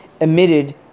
emitted